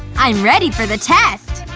i'm ready for the test!